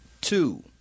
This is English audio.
Two